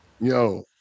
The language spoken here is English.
Yo